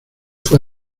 fue